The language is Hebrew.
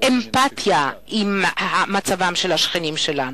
אמפתיה למצבם של השכנים שלנו.